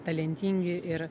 talentingi ir